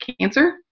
cancer